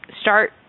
start